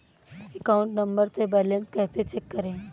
Account number से balance कैसे check करें?